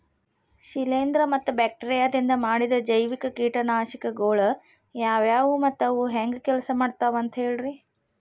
ಶಿಲೇಂಧ್ರ ಮತ್ತ ಬ್ಯಾಕ್ಟೇರಿಯದಿಂದ ಮಾಡಿದ ಜೈವಿಕ ಕೇಟನಾಶಕಗೊಳ ಯಾವ್ಯಾವು ಮತ್ತ ಅವು ಹೆಂಗ್ ಕೆಲ್ಸ ಮಾಡ್ತಾವ ಅಂತ ಹೇಳ್ರಿ?